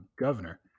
governor